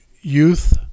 youth